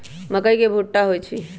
मकई के भुट्टा होई छई